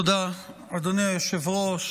תודה, אדוני היושב-ראש.